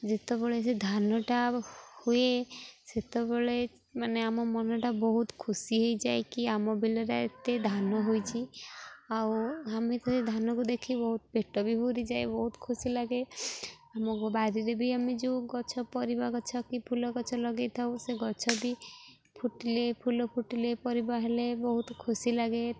ଯେତେବେଳେ ସେ ଧାନଟା ହୁଏ ସେତେବେଳେ ମାନେ ଆମ ମନଟା ବହୁତ ଖୁସି ହେଇଯାଏ କି ଆମ ବିଲରେ ଏତେ ଧାନ ହୋଇଚି ଆଉ ଆମେ ତ ସେ ଧାନକୁ ଦେଖି ବହୁତ ପେଟ ବି ପୁରିଯାଏ ବହୁତ ଖୁସି ଲାଗେ ଆମ ବାରିରେ ବି ଆମେ ଯେଉଁ ଗଛ ପରିବା ଗଛ କି ଫୁଲ ଗଛ ଲଗେଇଥାଉ ସେ ଗଛ ବି ଫୁଟିଲେ ଫୁଲ ଫୁଟିଲେ ପରିବା ହେଲେ ବହୁତ ଖୁସି ଲାଗେ